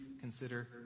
consider